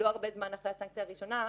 לא הרבה זמן אחרי הסנקציה הראשונה,